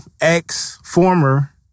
ex-former